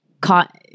caught